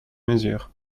mesure